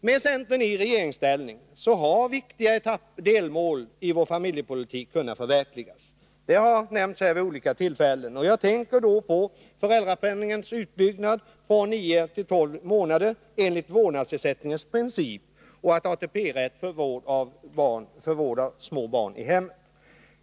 Med centern i regeringsställning har också viktiga delmål i vår familjepolitik kunnat förverkligas. Jag tänker då på föräldrapenningens utbyggnad från 9 till 12 månader enligt vårdnadsersättningens princip och ATP-rätt när det gäller vård av små barn i hemmet.